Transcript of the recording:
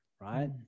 right